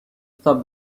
stop